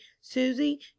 Susie